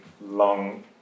long